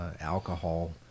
alcohol